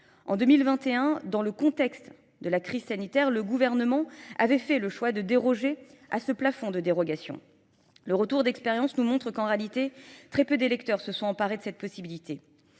En 2021, dans le contexte de la crise sanitaire, le gouvernement avait fait le choix de déroger à ce plafond de dérogation. Le retour d'expérience nous montre qu'en réalité très peu d'électeurs se sont emparés de cette possibilité.